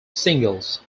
singles